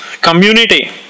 community